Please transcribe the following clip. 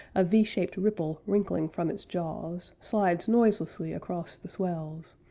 a v-shaped ripple wrinkling from its jaws, slides noiselessly across the swells,